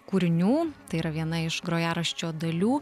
kūrinių tai yra viena iš grojaraščio dalių